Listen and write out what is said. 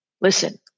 Listen